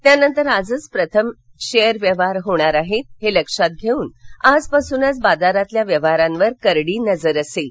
त्यानंतर आजच प्रथम शेअर व्यवहार होणार आहेत हे लक्षात घेऊन आजपासूनच बाजारातील व्यवहारावर करडी नजर असेल